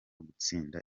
gutsinda